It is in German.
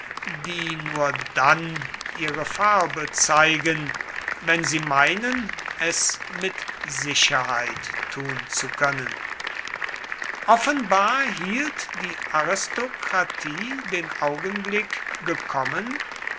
die nur dann ihre farbe zeigen wenn sie meinen es mit sicherheit tun zu können offenbar hielt die aristokratie den augenblick gekommen